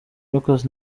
lucas